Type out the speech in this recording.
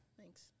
Thanks